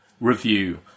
review